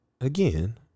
again